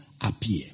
appear